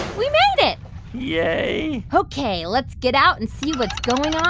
we made it yay ok. let's get out and see what's going